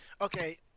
Okay